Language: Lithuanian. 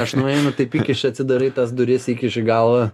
aš nueinu taip įkiši atsidarai tas duris įkiši galvą